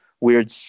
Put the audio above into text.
weird